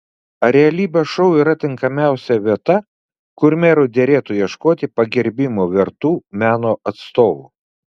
ar realybės šou yra tinkamiausia vieta kur merui derėtų ieškoti pagerbimo vertų meno atstovų